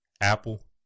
Apple